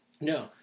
No